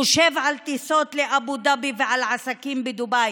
חושב על טיסות לאבו דאבי ועל עסקים בדובאי.